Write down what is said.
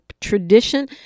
tradition